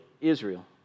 Israel